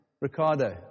Ricardo